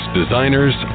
designers